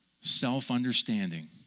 self-understanding